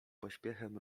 pośpiechem